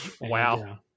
Wow